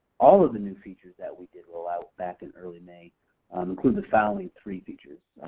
all of the new features that we did roll out back in early may include the following three features.